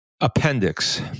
Appendix